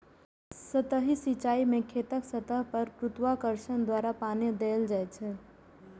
सतही सिंचाइ मे खेतक सतह पर गुरुत्वाकर्षण द्वारा पानि देल जाइ छै